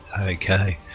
Okay